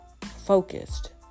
focused